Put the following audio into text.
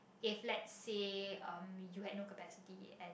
if lets say um you had no capacity and